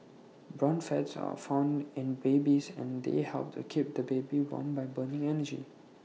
brown fats are found in babies and they help to keep the baby warm by burning energy